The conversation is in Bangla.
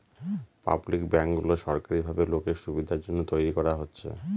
পাবলিক ব্যাঙ্কগুলো সরকারি ভাবে লোকের সুবিধার জন্য তৈরী করা হচ্ছে